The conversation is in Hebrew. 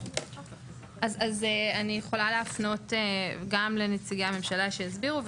אני יכולה להפנות גם לנציגי הממשלה כדי שיסבירו,